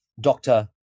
doctor